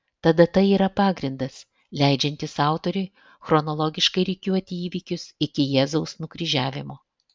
ta data yra pagrindas leidžiantis autoriui chronologiškai rikiuoti įvykius iki jėzaus nukryžiavimo